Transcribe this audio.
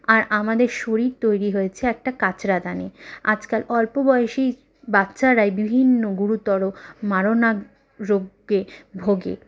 আর আমাদের শরীর তৈরি হয়েছে একটা কাচড়াদানে আজকাল অল্পবয়সি বাচ্চারাই বিভিন্ন গুরুতর মারণরোগে ভোগে